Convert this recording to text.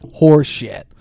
Horseshit